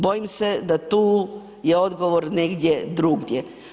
Bojim se da tu je odgovor negdje drugdje.